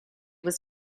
was